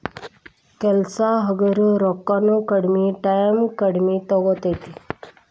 ಕೆಲಸಾ ಹಗರ ರೊಕ್ಕಾನು ಕಡಮಿ ಟಾಯಮು ಕಡಮಿ ತುಗೊತತಿ